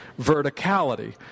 verticality